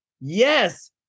Yes